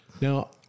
Now